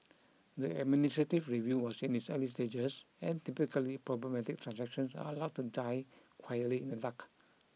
the administrative review was in its early stages and typically problematic transactions are allowed to die quietly in the dark